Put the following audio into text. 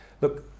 Look